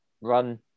run